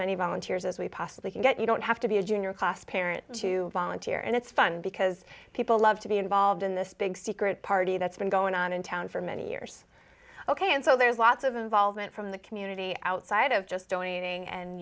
many volunteers as we possibly can get you don't have to be a junior class parent to volunteer and it's fun because people love to be involved in this big secret party that's been going on in town for many years ok and so there's lots of involvement from the community outside of just joining and